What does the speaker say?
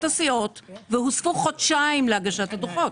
הסיעות והוספו חודשיים להגשת הדוחות,